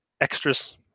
extras